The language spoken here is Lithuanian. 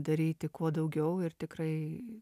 daryti kuo daugiau ir tikrai